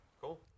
Cool